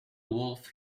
wolf